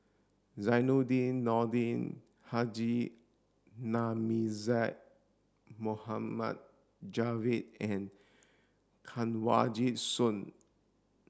Zainudin Nordin Haji Namazie Moharmd Javad and Kanwaljit Soin